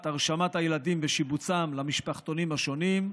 הרשמת הילדים ושיבוצם למשפחתונים השונים,